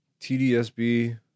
TDSB